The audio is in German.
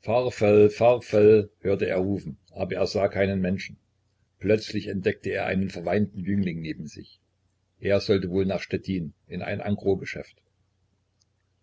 hörte er rufen aber er sah keine menschen plötzlich entdeckte er einen verweinten jüngling neben sich er sollte wohl nach stettin in ein engros geschäft